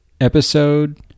episode